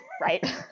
Right